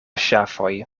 ŝafoj